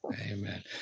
Amen